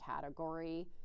category